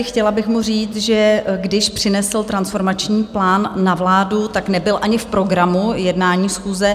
Chtěla bych mu říct, že když přinesl transformační plán na vládu, tak nebyl ani v programu jednání schůze.